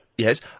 Yes